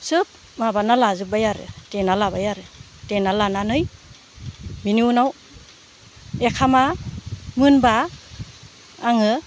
सोब माबाना लाजोब्बाय आरो देना लाबाय आरो देना लानानै बेनि उनाव ओंखामा मोनबा आङो